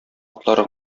атлары